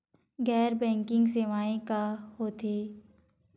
गैर बैंकिंग सेवाएं का होथे?